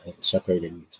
separated